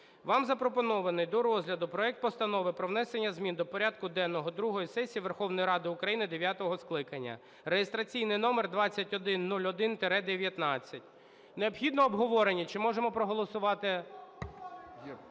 Вам запропонований до розгляду проект Постанови про внесення змін до порядку денного другої сесії Верховної Ради України дев'ятого скликання (реєстраційний номер 2101-19). Необхідне обговорення, чи можемо проголосувати…